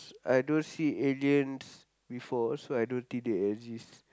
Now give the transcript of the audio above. I don't see aliens before so I don't think they exist